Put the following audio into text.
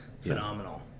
phenomenal